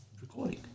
Recording